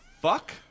fuck